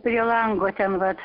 prie lango ten vat